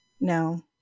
no